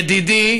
ידידי